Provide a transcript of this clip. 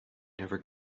never